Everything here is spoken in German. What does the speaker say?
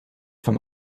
vom